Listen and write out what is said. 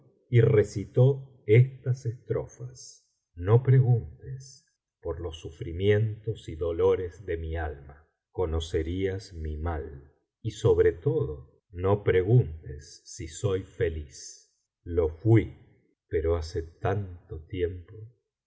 y recitó estas estrofas no preguntes por los sufrimientos y dolores de mi alma conocerías mi mal y sobre todo no preguntes si soy feliz lo fui biblioteca valenciana generalitat valenciana historia del jorobado pero mee tanto tiempo